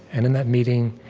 and in that meeting,